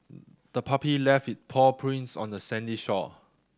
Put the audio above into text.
the puppy left its paw prints on the sandy shore